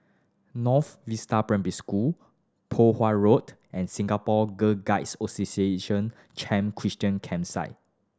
North Vista Primary School Poh Huat Road and Singapore Girl Guides Association Camp Christine Campsite